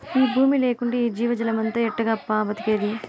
ఈ బూమి లేకంటే ఈ జీవజాలమంతా ఎట్టాగబ్బా బతికేది